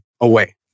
away